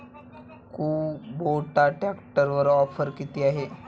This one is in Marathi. कुबोटा ट्रॅक्टरवर ऑफर किती आहे?